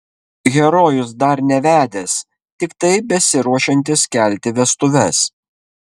herojus dar nevedęs tiktai besiruošiantis kelti vestuves